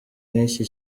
nk’iki